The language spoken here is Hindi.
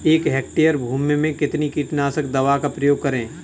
एक हेक्टेयर भूमि में कितनी कीटनाशक दवा का प्रयोग करें?